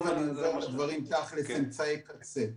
ואני חוזר לדברים שהם תכלס אמצעי קצה.